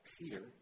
Peter